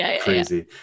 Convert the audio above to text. crazy